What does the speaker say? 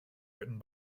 written